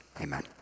amen